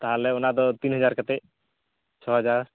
ᱛᱟᱦᱚᱞᱮ ᱚᱱᱟ ᱫᱚ ᱛᱤᱱ ᱦᱟᱡᱟᱨ ᱠᱟᱛᱮᱫ ᱪᱷᱚ ᱦᱟᱡᱟᱨ